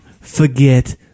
forget